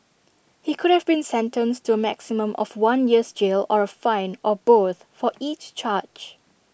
he could have been sentenced to A maximum of one year's jail or A fine or both for each charge